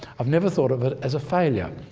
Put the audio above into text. i've never thought of it as a failure.